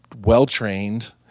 well-trained